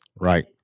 Right